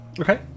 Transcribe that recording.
Okay